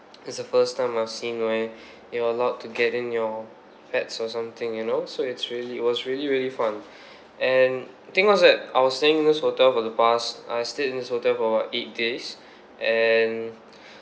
it's the first time I've seen where you are allowed to get in your pets or something you know so it's really it was really really fun and the thing was that I was staying in this hotel for the past I stayed in this hotel for about eight days and